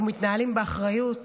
אנחנו מתנהלים באחריות